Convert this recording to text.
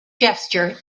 gesture